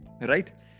right